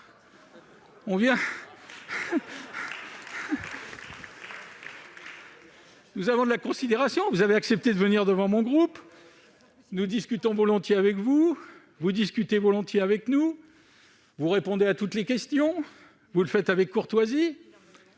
en effet, de la considération pour vous : vous avez accepté d'intervenir devant mon groupe, nous discutons volontiers avec vous et vous discutez volontiers avec nous, vous répondez à toutes les questions et le faites avec courtoisie